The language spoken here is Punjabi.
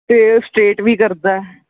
ਅਤੇ ਸਟੇਟ ਵੀ ਕਰਦਾ